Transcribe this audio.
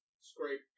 scrape